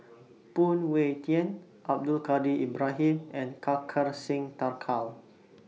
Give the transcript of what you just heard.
Phoon Yew Tien Abdul Kadir Ibrahim and Kartar Singh Thakral